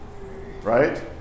Right